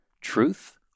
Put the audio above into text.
truth